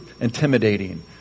intimidating